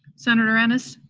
senator ennis?